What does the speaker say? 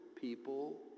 people